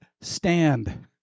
stand